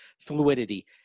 fluidity